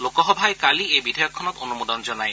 লোকসভাই কালি এই বিধেয়কখনত অনুমোদন জনায়